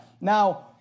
Now